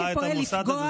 את מנצלת לרעה את המוסד הזה.